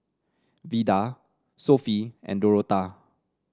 Vida Sophie and Dorotha